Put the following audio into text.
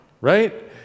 right